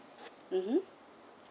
mmhmm